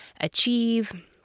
achieve